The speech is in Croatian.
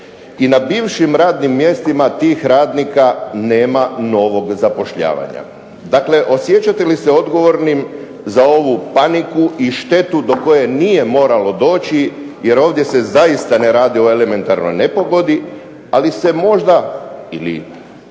i na bivšim radnim mjestima tih radnika nema novog zapošljavanja. Dakle, osjećate li se odgovornim za ovu paniku i štetu do koje nije moralo doći jer ovdje se zaista ne radi o elementarnoj nepogodi ili se možda ili